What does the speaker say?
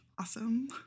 awesome